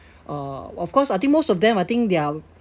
uh of course I think most of them are I think they are